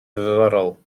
ddiddorol